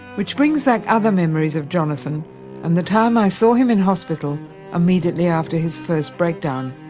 which brings back other memories of jonathan and the time i saw him in hospital immediately after his first breakdown.